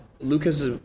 Lucas